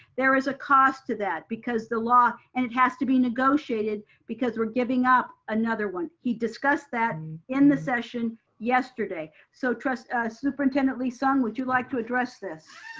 there is a cost to that because the law and it has to be negotiated because we're giving up another one. he discussed that in the session yesterday. so superintendent lee-sung, would you like to address this?